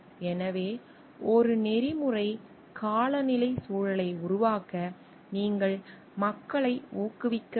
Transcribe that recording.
எனவே ஒரு நெறிமுறை காலநிலை சூழலை உருவாக்க நீங்கள் மக்களை ஊக்குவிக்க வேண்டும்